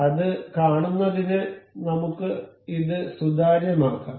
അത് കാണുന്നതിന് നമുക്ക് ഇത് സുതാര്യമാക്കാം